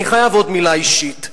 אני חייב עוד מלה אישית.